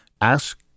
Ask